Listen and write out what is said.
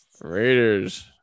Raiders